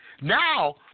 now